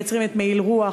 מייצרים את "מעיל רוח",